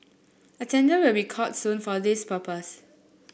a tender will be called soon for this purpose